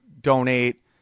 donate